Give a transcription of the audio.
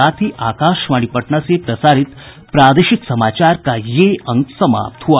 इसके साथ ही आकाशवाणी पटना से प्रसारित प्रादेशिक समाचार का ये अंक समाप्त हुआ